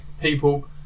people